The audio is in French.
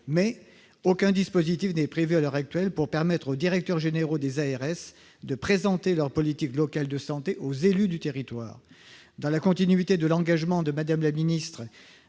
Mais aucun dispositif n'est prévu à l'heure actuelle pour permettre aux directeurs généraux des ARS de présenter leur politique locale de santé aux élus du territoire. Dans la continuité de l'engagement de Mme la ministre